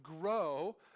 grow